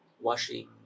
washing